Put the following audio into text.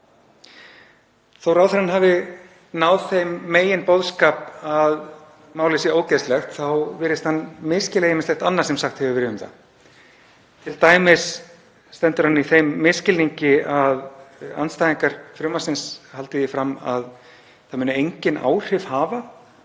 að ráðherrann hafi náð þeim meginboðskap að málið sé ógeðslegt þá virðist hann misskilja ýmislegt annað sem sagt hefur verið um það. Til dæmis stendur hann í þeirri trú, misskilningi, að andstæðingar frumvarpsins haldi því fram að það muni engin áhrif hafa